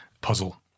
puzzle